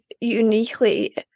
uniquely